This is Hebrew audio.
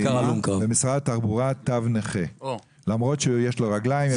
נכה ממשרד התחבורה למרות שיש לו רגליים.